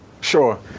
Sure